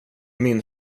min